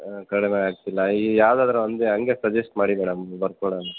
ಹಾಂ ಕಡಿಮೆ ಆಗ್ತಿಲ್ಲ ಈಗ ಯಾವುದಾದ್ರೂ ಒಂದು ಹಂಗೆ ಸಜೆಸ್ಟ್ ಮಾಡಿ ಮೇಡಮ್ ಬರ್ಕೊಡನ್